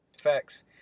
facts